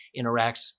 interacts